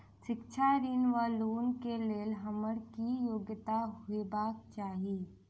शिक्षा ऋण वा लोन केँ लेल हम्मर की योग्यता हेबाक चाहि?